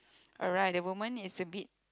alright the woman is a bit